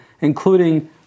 including